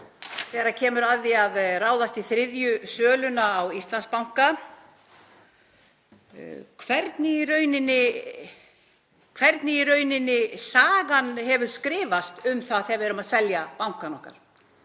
þegar kemur að því að ráðast í þriðju söluna á Íslandsbanka hvernig sagan hefur skrifast um það þegar við erum að selja bankana okkar.